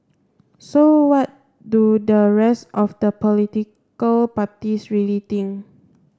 so what do the rest of the political parties really think